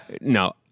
No